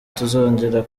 tuzongera